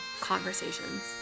conversations